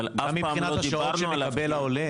אבל אף פעם לא דיברנו עליו כמחליף.